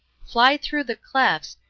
fly through the clefts,